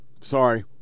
Sorry